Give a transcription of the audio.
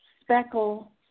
speckle